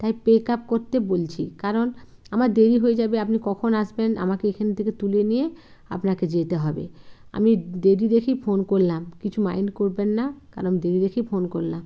তাই pick up করতে বলছি কারণ আমার দেরি হয়ে যাবে আপনি কখন আসবেন আমাকে এখান থেকে তুলে নিয়ে আপনাকে যেতে হবে আমি দেরি দেখেই ফোন করলাম কিছু মাইন্ড করবেন না কারণ দেরি দেখেই ফোন করলাম